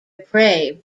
prey